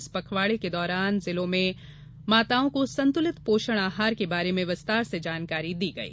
इस पखवाड़े के दौरान जिले में माताओं को संतुलित पोषण आहार के बारे में विस्तार से जानकारी दी गई